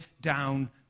down